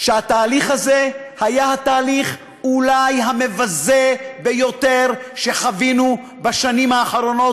שהתהליך הזה היה אולי התהליך המבזה ביותר שחווינו בשנים האחרונות,